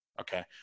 Okay